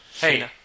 Hey